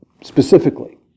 Specifically